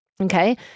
Okay